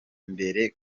mbere